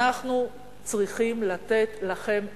אנחנו צריכים לתת לכם כבוד,